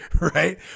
Right